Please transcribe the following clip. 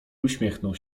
uśmiechnął